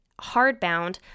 hardbound